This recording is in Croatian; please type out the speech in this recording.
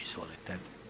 Izvolite.